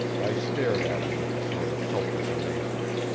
i stared at him with a sort of helpless amazement.